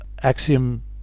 axiom